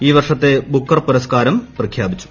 ഈവർഷത്തെ Booker പുരസ്ക്കാരം പ്രഖ്യാപിച്ചു